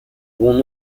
bon